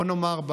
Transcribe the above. בוא נאמר,